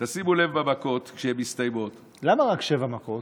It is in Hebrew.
תשימו לב במכות, כשהן מסתיימות, למה רק שבע מכות?